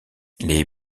les